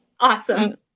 awesome